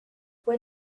what